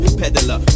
peddler